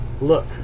look